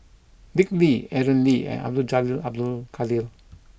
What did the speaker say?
Dick Lee Aaron Lee and Abdul Jalil Abdul Kadir